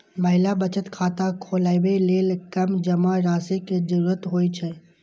महिला बचत खाता खोलबै लेल कम जमा राशि के जरूरत होइ छै